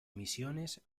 misiones